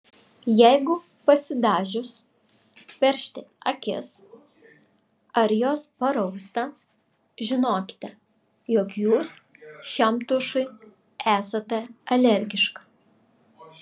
jeigu pasidažius peršti akis ar jos parausta žinokite jog jūs šiam tušui esate alergiška